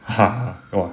哈哈 go on